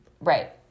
Right